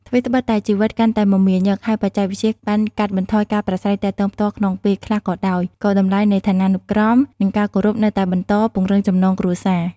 ថ្វីត្បិតតែជីវិតកាន់តែមមាញឹក ហើយបច្ចេកវិទ្យាបានកាត់បន្ថយការប្រាស្រ័យទាក់ទងផ្ទាល់ក្នុងពេលខ្លះក៏ដោយ ក៏តម្លៃនៃឋានានុក្រម និងការគោរពនៅតែបន្ត ពង្រឹងចំណងគ្រួសារ។